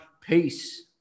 Peace